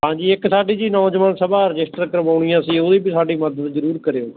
ਹਾਂਜੀ ਇੱਕ ਸਾਡੀ ਜੀ ਨੌਜਵਾਨ ਸਭਾ ਰਜਿਸਟਰ ਕਰਵਾਉਣੀ ਆ ਅਸੀ ਉਹਦੀ ਵੀ ਸਾਡੀ ਮਦਦ ਜ਼ਰੂਰ ਕਰਿਓ